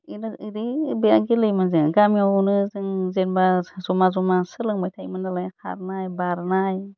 बिरात ओरै बिरात गेलेयोमोन जों गामियावनो जों जेनेबा जमा जमा सोलोंबाय थायोमोन नालाय खारनाय बारनाय